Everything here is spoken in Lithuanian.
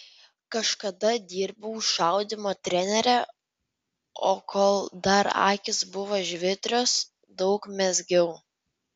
kažkada dirbau šaudymo trenere o kol dar akys buvo žvitrios daug mezgiau